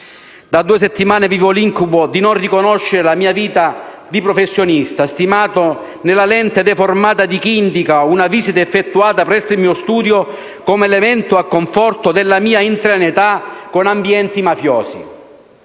Da due settimane vivo l'incubo di non riconoscere la mia vita di professionista stimato nella lente deformata di chi indica una visita effettuata presso il mio studio come elemento a conforto della mia intraneità con ambienti mafiosi.